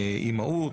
אימהות,